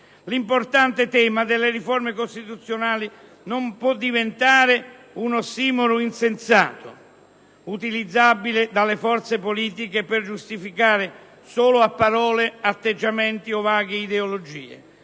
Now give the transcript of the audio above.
l'importante tema della riforme costituzionali non può diventare un ossimoro insensato utilizzabile dalle forze politiche per giustificare solo a parole atteggiamenti o vaghe ideologie.